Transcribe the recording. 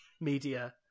media